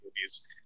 movies